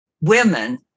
women